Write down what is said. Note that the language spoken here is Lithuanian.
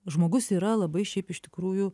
žmogus yra labai šiaip iš tikrųjų